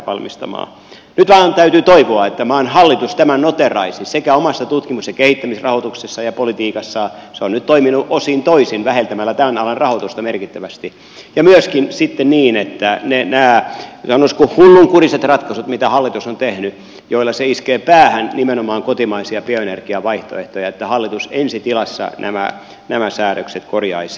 nyt vain täytyy toivoa että maan hallitus tämän noteeraisi sekä omassa tutkimus ja kehittämisrahoituksessaan ja politiikassaan se on nyt toiminut osin toisin vähentämällä tämän alan rahoitusta merkittävästi että myöskin sitten niin että nämä sanoisiko hullunkuriset ratkaisut mitä hallitus on tehnyt joilla se iskee päähän nimenomaan kotimaisia bioenergiavaihtoehtoja se ensi tilassa korjaisi